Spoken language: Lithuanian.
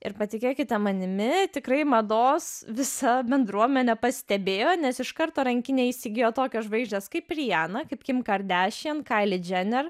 ir patikėkite manimi tikrai mados visa bendruomenė pastebėjo nes iš karto rankinę įsigijo tokios žvaigždės kaip riana kaip kim kardešian kaili džener